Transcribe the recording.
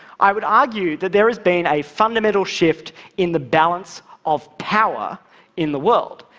i would argue that there has been a fundamental shift in the balance of power in the world.